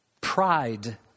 Pride